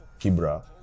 Kibra